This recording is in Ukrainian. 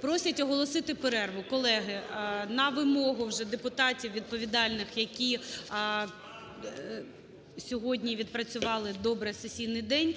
Просять оголосити перерву. Колеги, на вимогу вже депутатів відповідальних, які сьогодні відпрацювали добре сесійний день,